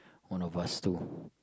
one of us too